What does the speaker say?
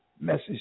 message